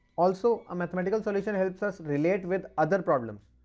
also a mathematical solution helps us relate with other problems.